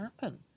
happen